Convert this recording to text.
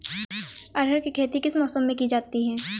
अरहर की खेती किस मौसम में की जाती है?